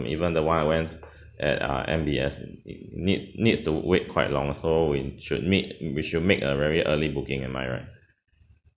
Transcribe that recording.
and even the one I went at uh M_B_S need needs to wait quite long so we should meet we should make a very early booking am I right